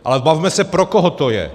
Ale bavme se, pro koho to je.